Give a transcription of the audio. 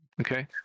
Okay